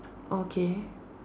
okay